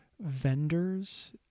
vendors